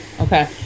Okay